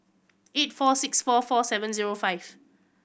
eight four six four four seven zero five